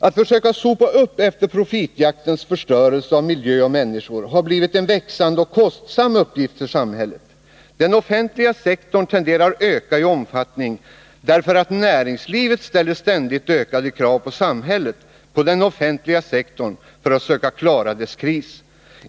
Att försöka sopa upp efter profitjaktens förstörelse av miljö och människor har blivit en växande och kostsam uppgift för samhället. Den offentliga sektorn tenderar att öka i omfattning därför att näringslivet ställer ständigt ökade krav på samhället, på den offentliga sektorn, att klara dess kris.